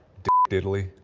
diddly.